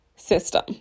system